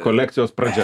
kolekcijos pradžia